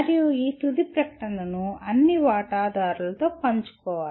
మరియు ఈ తుది ప్రకటనను అన్ని వాటాదారులతో పంచుకోవాలి